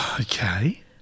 Okay